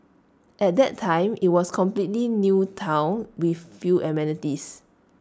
at that time IT was A completely new Town with few amenities